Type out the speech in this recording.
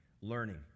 learning